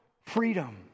freedom